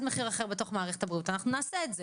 מחיר אחד בתוך מערכת הבריאות אנחנו נעשה את זה,